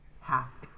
half